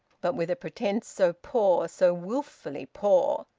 but with a pretence so poor, so wilfully poor,